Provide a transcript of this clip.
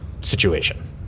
situation